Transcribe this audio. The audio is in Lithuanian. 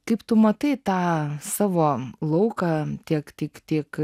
kaip tu matai tą savo lauką tiek tiek tiek